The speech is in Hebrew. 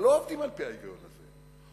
אבל לא עובדים על-פי ההיגיון הזה,